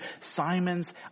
Simon's